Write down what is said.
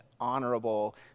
honorable